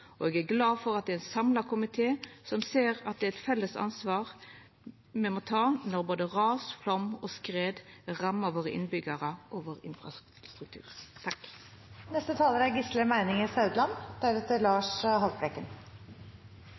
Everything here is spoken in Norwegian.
og eg er glad for at det er ein samla komité som ser at det er eit felles ansvar me må ta, når både ras, flom og skred rammar innbyggjarane våre og infrastrukturen vår. Jeg er